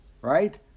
Right